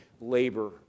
labor